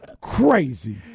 crazy